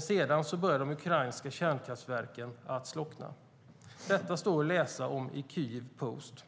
Sedan börjar de ukrainska kärnkraftverken att slockna. Detta står att läsa i Kyiv Post.